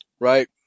Right